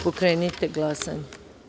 Pokrenite glasanje.